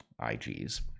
IGs